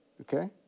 Okay